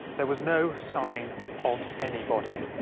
there was no sign of anybody.